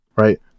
Right